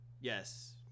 Yes